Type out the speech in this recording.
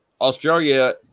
Australia